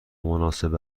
مناسب